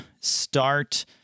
start